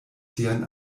sian